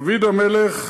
דוד המלך